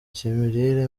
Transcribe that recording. cy’imirire